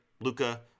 Luca